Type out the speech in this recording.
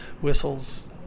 whistles